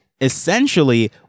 Essentially